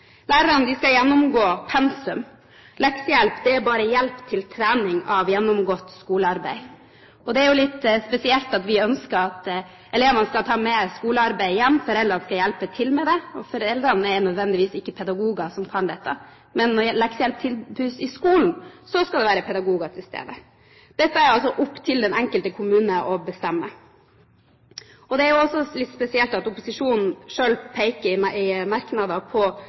Lærerne skal gjennomgå pensum. Leksehjelp er bare hjelp til trening av gjennomgått skolearbeid. Det er litt spesielt at vi ønsker at elever skal ta med skolearbeid hjem, at foreldre skal hjelpe til med det, for foreldre er ikke nødvendigvis pedagoger som kan dette – men når leksehjelp tilbys i skolen, skal det være pedagoger til stede. Dette er altså opp til den enkelte kommune å bestemme. Det er også litt spesielt at opposisjonen selv i merknader peker på at leksehjelp i stor grad fungerer uten pedagoger, jf. frivillige organisasjoner, som jo Venstre peker på